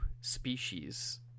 species